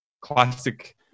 classic